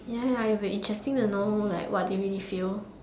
ya it will be interesting to know like what they really feel